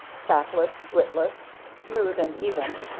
fatless, gritless, smooth and even,